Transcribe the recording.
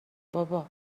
بابا